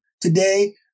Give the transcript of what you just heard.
today